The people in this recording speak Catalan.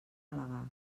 al·legar